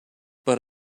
but